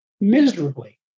miserably